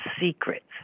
secrets